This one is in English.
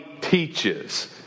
teaches